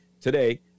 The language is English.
today